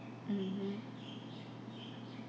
mmhmm